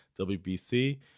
WBC